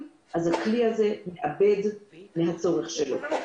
אז הכלי הזה מאבד מהצורך שלו.